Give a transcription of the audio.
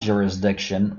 jurisdiction